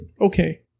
Okay